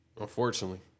Unfortunately